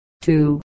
Two